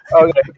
Okay